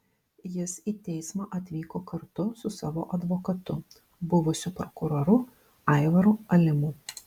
jis į teismą atvyko kartu su savo advokatu buvusiu prokuroru aivaru alimu